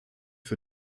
für